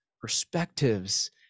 perspectives